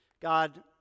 God